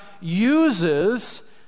uses